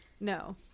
No